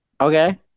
Okay